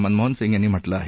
मनमोहन सिंग यांनी म्हटलं आहे